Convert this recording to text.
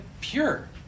Pure